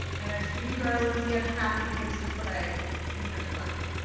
and as judy garland's, get happy begins to play we cut to black.